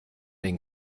den